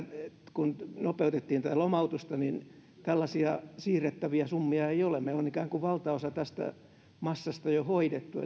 kun nopeutettiin lomautusta tällaisia siirrettäviä summia ei ole meillä on ikään kuin valtaosa tästä massasta jo hoidettu